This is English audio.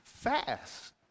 Fast